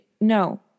no